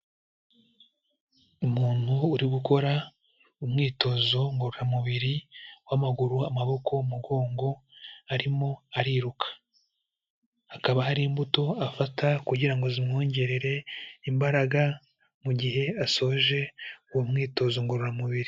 Umuntu uri gukora umwitozo ngororamubiri w'amaguru, amaboko, umugongo, arimo ariruka, hakaba hari imbuto afata kugira ngo zimwongerere imbaraga mu gihe asoje uwo mwitozo ngororamubiri.